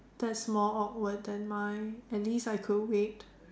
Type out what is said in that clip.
that's more awkward than mine at least I could wait